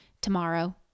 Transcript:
Tomorrow